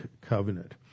covenant